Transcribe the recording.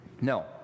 No